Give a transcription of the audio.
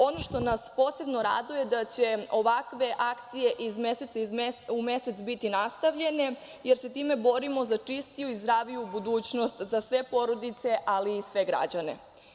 Ono što nas posebno raduje je da će ovakve akcije iz meseca u mesec biti nastavljene, jer se time borimo za čistiju i zdraviju budućnost za sve porodice, ali i sve građane.